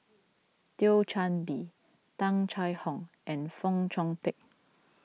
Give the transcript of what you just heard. Thio Chan Bee Tung Chye Hong and Fong Chong Pik